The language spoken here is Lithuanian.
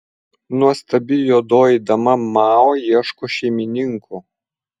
nuostabi juodoji dama mao ieško šeimininkų